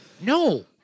No